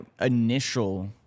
initial